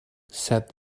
said